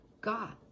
God